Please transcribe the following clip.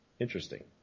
interesting